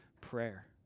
prayer